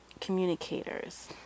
communicators